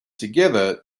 together